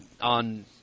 on